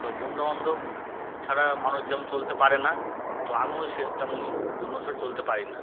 তো বন্ধুবান্ধব ছাড়া মানুয যেমন চলতে পারে না তো আমিও সে তেমনি বন্ধু ছাড়া চলতে পারি না